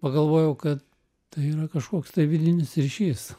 pagalvojau kad tai yra kažkoks tai vidinis ryšys